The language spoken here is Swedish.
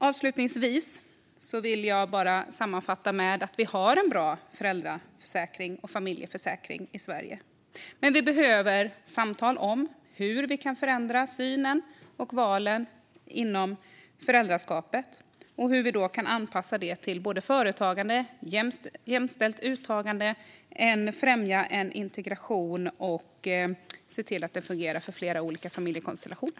Avslutningsvis vill jag sammanfatta med att vi har en bra föräldraförsäkring och familjeförsäkring i Sverige men att vi behöver samtal om hur vi kan förändra synen på och valen inom föräldraskapet och hur vi kan anpassa det till företagande, få ett jämställt uttag, främja integration och se till att det fungerar för flera olika familjekonstellationer.